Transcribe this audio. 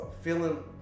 Feeling